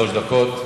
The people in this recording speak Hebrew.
שלוש דקות.